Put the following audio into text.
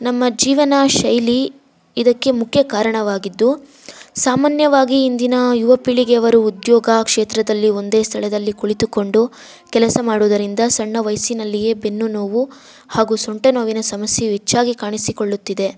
ನಮ್ಮ ಜೀವನ ಶೈಲಿ ಇದಕ್ಕೆ ಮುಖ್ಯ ಕಾರಣವಾಗಿದ್ದು ಸಾಮಾನ್ಯವಾಗಿ ಇಂದಿನ ಯುವಪೀಳಿಗೆಯವರು ಉದ್ಯೋಗ ಕ್ಷೇತ್ರದಲ್ಲಿ ಒಂದೇ ಸ್ಥಳದಲ್ಲಿ ಕುಳಿತುಕೊಂಡು ಕೆಲಸ ಮಾಡುದರಿಂದ ಸಣ್ಣ ವಯಸ್ಸಿನಲ್ಲಿಯೇ ಬೆನ್ನು ನೋವು ಹಾಗು ಸೊಂಟ ನೋವಿನ ಸಮಸ್ಯೆಯು ಹೆಚ್ಚಾಗಿ ಕಾಣಿಸಿಕೊಳ್ಳುತ್ತಿದೆ